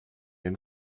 and